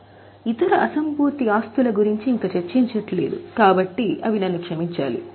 కాబట్టి ఇతర అసంపూర్తి ఆస్తులు నన్ను క్షమించండి